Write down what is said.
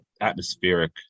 atmospheric